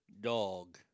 dog